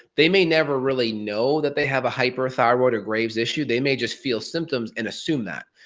they may never really know that they have a hyperthyroid or graves' issue, they may just feel symptoms and assume that.